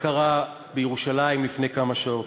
מה קרה בירושלים לפני כמה שעות.